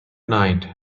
night